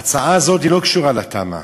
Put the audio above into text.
ההצעה הזאת לא קשורה לתמ"א.